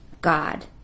God